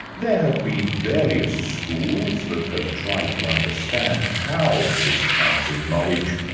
there have been various schools that have tried to understand how this counts as knowledge,